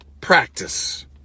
practice